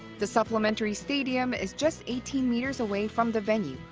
the supplementary stadium is just eighteen meters away from the venue,